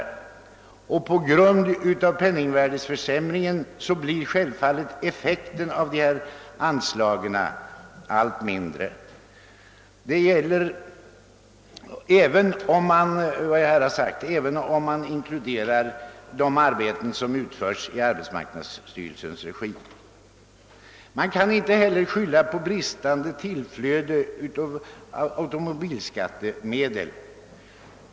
På grund av penningvärdeförsämringen blir självfallet effekten av dessa anslag allt lägre. Vad jag här har sagt gäller även om man inkluderar de arbeten som har utförts i arbetsmarknadsstyrelsens regi. Man kan inte heller skylla på bristande tillflöde av automobilskattemedel.